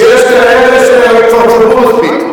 יש כאלה שכבר צברו, יש כאלה שכבר צברו מספיק.